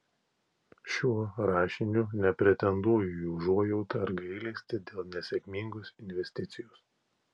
šiuo rašiniu nepretenduoju į užuojautą ar gailestį dėl nesėkmingos investicijos